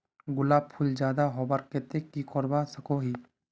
गुलाब फूल ज्यादा होबार केते की करवा सकोहो ही?